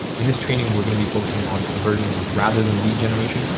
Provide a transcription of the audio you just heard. in this training we're going to be focusing on conversions rather than lead generation.